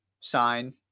sign